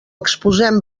exposem